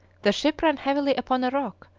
the ship ran heavily upon a rock,